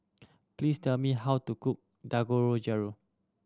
please tell me how to cook Dangojiru